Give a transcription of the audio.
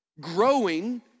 growing